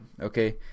Okay